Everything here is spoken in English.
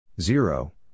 Zero